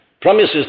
promises